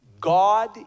God